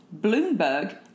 Bloomberg